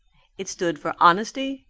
it stood for honesty,